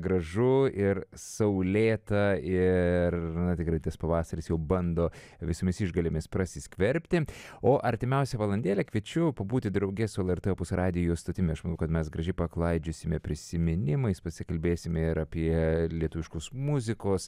gražu ir saulėta ir na tikrai tas pavasaris jau bando visomis išgalėmis prasiskverbti o artimiausią valandėlę kviečiu pabūti drauge su lrt opus radijo stotimi kad mes gražiai paklaidžiosime prisiminimais pasikalbėsime ir apie lietuviškos muzikos